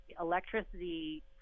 electricity